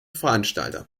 veranstalter